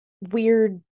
weird